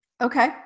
Okay